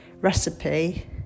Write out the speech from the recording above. recipe